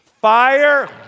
fire